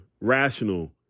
rational